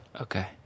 Okay